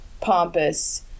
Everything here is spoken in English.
pompous